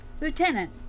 Lieutenant